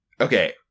Okay